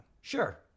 Sure